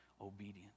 obedience